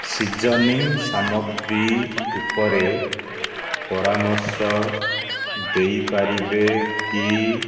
seasoning ସାମଗ୍ରୀ ଉପରେ ପରାମର୍ଶ ଦେଇ ପାରିବେ କି